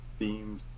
themed